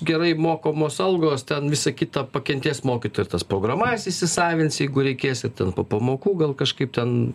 gerai mokamos algos ten visa kita pakentės mokytojai ir tas programas įsisavins jeigu reikės ir ten po pamokų gal kažkaip ten